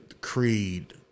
Creed